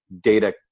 data